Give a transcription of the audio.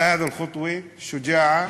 עלא הדא אל-חטוה, אל-שוג'עה.